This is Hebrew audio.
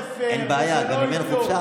אין בעיה גם אם אין חופשה,